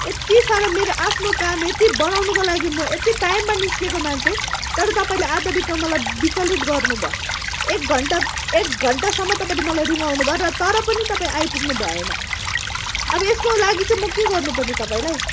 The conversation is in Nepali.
यत्ति साह्रो मेरो आफ्नो काम यति बनाउनुको लागि म यति टाइममा निस्केको मान्छे तर तपाईँले आधा बिचमा मलाई बिचलित गर्नु भयो एक घन्टा एक घन्टासम्म तपाईँले मलाई रुङाउनु भयो र तर पनि तपाईँ आइपुग्नु भएन अब यसको लागि चाहिँ म के गर्नु पर्ने तपाईँलाई